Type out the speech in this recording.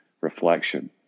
reflection